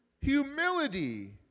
humility